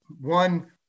one